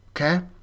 Okay